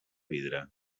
vidre